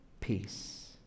peace